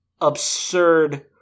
absurd